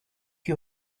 you